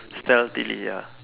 still delete ah